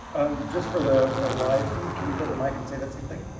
um just for the for the live feed, can you go to the mic and say that same thing.